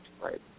right